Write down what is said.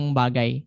bagay